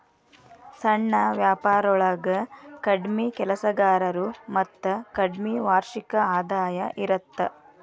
ಸಣ್ಣ ವ್ಯಾಪಾರೊಳಗ ಕಡ್ಮಿ ಕೆಲಸಗಾರರು ಮತ್ತ ಕಡ್ಮಿ ವಾರ್ಷಿಕ ಆದಾಯ ಇರತ್ತ